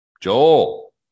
Joel